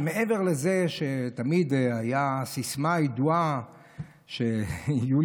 מעבר לסיסמה הידועה שהייתה,